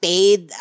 Paid